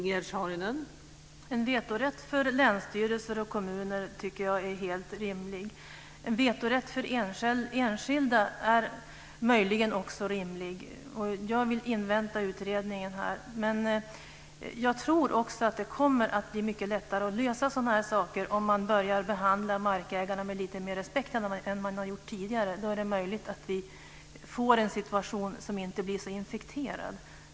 Fru talman! En vetorätt för länsstyrelser och kommuner tycker jag är helt rimlig. En vetorätt för enskilda är möjligen också rimlig, men jag vill invänta utredningen när det gäller detta. Jag tror också att det kommer att bli mycket lättare att lösa sådana här saker om man börjar behandla markägarna med lite mer respekt än man har gjort tidigare. Det är möjligt att situationen då inte blir så infekterad.